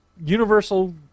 universal